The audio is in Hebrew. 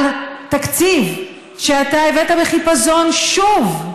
על תקציב שאתה הבאת בחיפזון שוב,